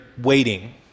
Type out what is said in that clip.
waiting